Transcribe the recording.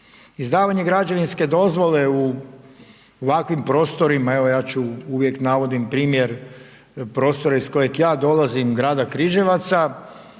Izdavanje građevinske dozvole u ovakvim prostorima, evo ja ću, uvijek navodim primjer prostora iz kojega ja dolazim Grada Križevaca